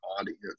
audience